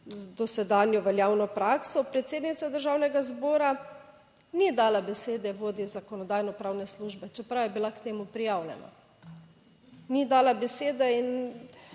dosedanjo veljavno prakso predsednica Državnega zbora ni dala besede vodji Zakonodajno-pravne službe, čeprav je bila k temu prijavljena. Ni dala besede in